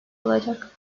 olacak